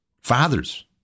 fathers